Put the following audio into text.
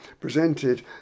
presented